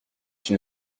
une